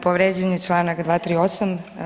Povrijeđen je čl. 238.